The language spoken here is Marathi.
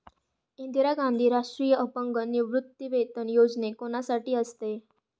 इंदिरा गांधी राष्ट्रीय अपंग निवृत्तीवेतन योजना कोणासाठी असते?